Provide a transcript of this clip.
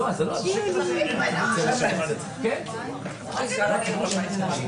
אל תתעלם, אל תזלזל, אל תגיד לנו ג'אנק.